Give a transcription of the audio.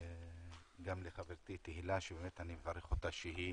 גם לחברתי תהלה שבאמת אני מברך אותה שהיא